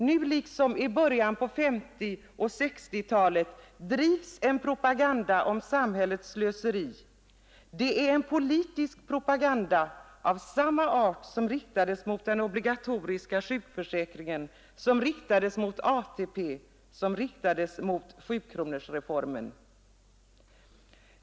Nu liksom i början på 1950 och 1960-talen drivs en propaganda om samhällets slöseri. Det är en politisk propaganda av samma art som riktades mot den obligatoriska sjukförsäkringen, mot ATP, mot 7-kronorsreformen.